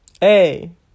Hey